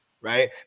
right